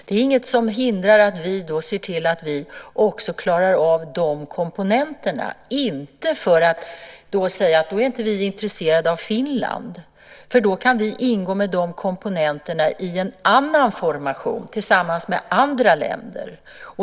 Det är inget som hindrar att vi då ser till att vi också klarar av de komponenterna - inte för att säga att vi då inte är intresserade av Finland utan för att vi då kan ingå med de komponenterna i en annan formation tillsammans med andra länder.